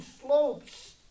slopes